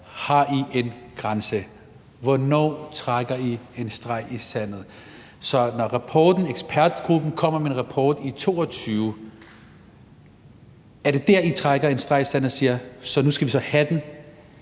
Har I en grænse? Hvornår trækker I en streg i sandet? Ekspertgruppen kommer med en rapport i 2022. Er det der, I trækker en streg i sandet og siger: Nu skal det være?